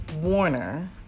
Warner